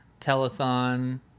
telethon